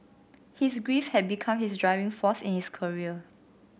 his grief had become his driving force in his career